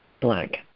blank